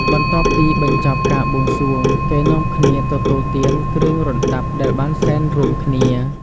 បន្ទាប់ពីបញ្ចប់ការបួងសួង គេនាំគ្នាទទួលទានគ្រឿងរណ្តាប់ដែលបានសែនរួមគ្នា។